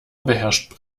beherrscht